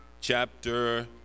chapter